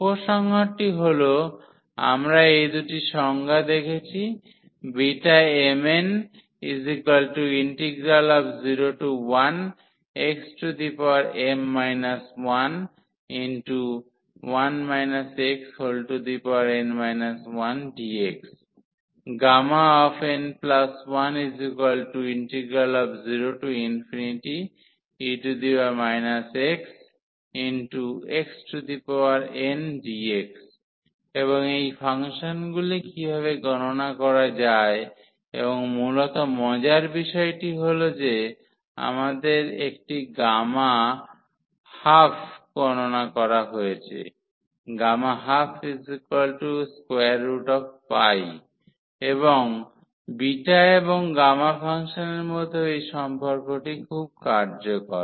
উপসংহারটি হল আমরা এই দুটি সংজ্ঞা দেখেছি Bmn01xm 11 xn 1dx n10e xxndx এবং এই ফাংশনগুলি কীভাবে গণনা করা যায় এবং মূলত মজার বিষয়টি হল যে আমাদের একটি গামা হাফ গণনা করা রয়েছে 12 এবং বিটা এবং গামা ফাংশনের মধ্যেও এই সম্পর্কটি খুব কার্যকর